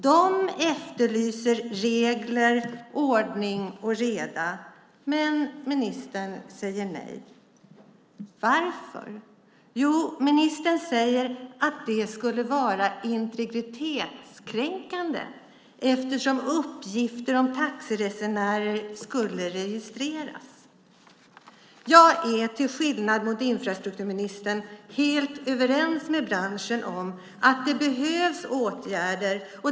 De efterlyser regler, ordning och reda, men ministern säger nej. Varför? Jo, ministern säger att det skulle vara integritetskränkande eftersom uppgifter om taxiresenärer skulle registreras. Jag är till skillnad mot infrastrukturministern helt överens med branschen om att det behövs åtgärder.